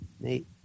Nate